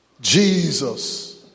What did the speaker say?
Jesus